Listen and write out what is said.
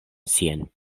siajn